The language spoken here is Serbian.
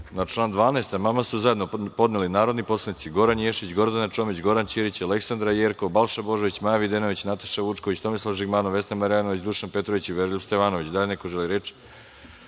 član 18. amandman su zajedno podneli narodni poslanici Goran Ješić, Gordana Čomić, Goran Ćirić, Aleksandra Jerkov, Balša Božović, Maja Videnović, Nataša Vučković, Tomislav Žigmanov, Vesna Marjanović, Dušan Petrović i Veroljub Stevanović. Da li neko želi reč?